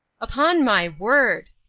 upon my word!